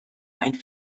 ein